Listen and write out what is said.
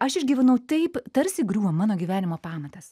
aš išgyvenau taip tarsi griūva mano gyvenimo pamatas